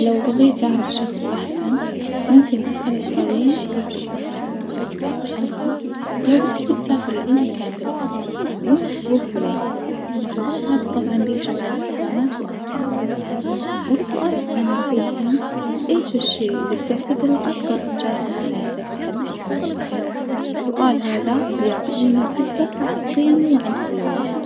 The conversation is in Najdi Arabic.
لو بغيت أعرف شخص أحسن ممكن أسأله سؤالين بسيطة, أول سؤال لو جدرت تسافر لأي مكان بالعالم وين بتروح؟ وليه؟ السؤال هدا طبعًا بيكشف عن اهتمامته وأحلامه، والسؤال الثاني راح يكون إيش الشئ البتعتبره أكثر إنجاز في حياتك لحد الحين؟ السؤال هدا بيعطيني فكرة عن قيمه وأولوياته.